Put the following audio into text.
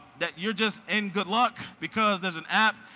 that you're just in good luck because there's an app,